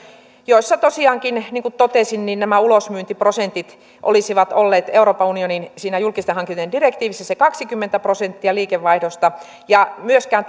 tosiaankin niin kuin totesin niiden ulosmyyntiprosentit olisivat olleet euroopan unionin julkisten hankintojen direktiivissä kaksikymmentä prosenttia liikevaihdosta ja myöskään